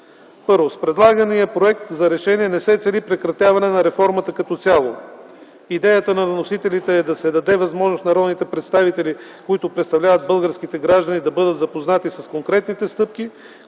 1. С предлагания Проект за решение не се цели прекратяване на реформата като цяло. Идеята на вносителите е да се даде възможност народните представители, които представляват българските граждани, да бъдат запознати с конкретните стъпки,